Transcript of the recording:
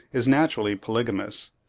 is naturally polygamous,